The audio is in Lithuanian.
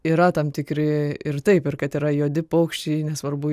yra tam tikri ir taip ir kad yra juodi paukščiai nesvarbu